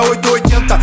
880